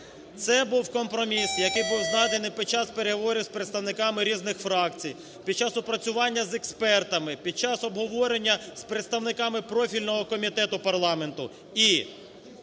Це був компроміс, який був знайдений під час переговорів з представниками різних фракцій, під час опрацювання з експертами, під час обговорення з представниками профільного комітету парламенту.